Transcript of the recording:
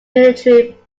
military